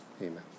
amen